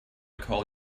call